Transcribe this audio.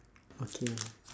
okay